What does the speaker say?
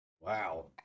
wow